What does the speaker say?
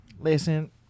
Listen